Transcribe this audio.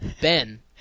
Ben